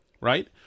Right